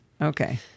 okay